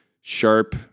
sharp